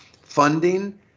funding